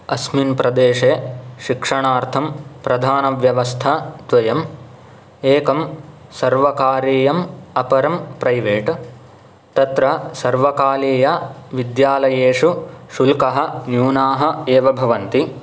अस्मिन् प्रदेशे शिक्षणार्थं प्रधानव्यवस्था द्वयम् एकं सर्वकारीयम् अपरं प्रैवेट् तत्र सर्वकालीयविद्यालयेषु शुल्कः न्यूनाः एव भवन्ति